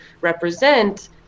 represent